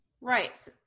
Right